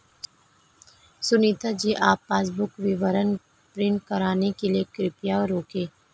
सुनीता जी आप पासबुक विवरण प्रिंट कराने के लिए कृपया रुकें